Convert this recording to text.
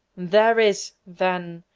there is, then,